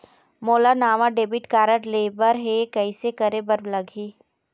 मोला नावा debit card लेबर हे, कइसे करे बर लगही?